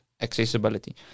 accessibility